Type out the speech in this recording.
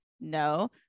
No